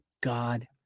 God